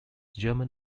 german